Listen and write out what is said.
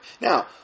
Now